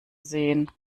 sehen